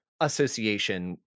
association